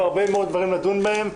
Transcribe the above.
והרבה מאוד דברים לדון בהם.